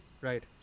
Right